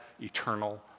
eternal